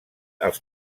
els